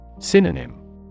Synonym